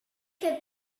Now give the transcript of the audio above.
het